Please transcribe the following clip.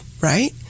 right